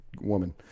woman